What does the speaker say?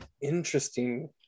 interesting